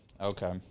okay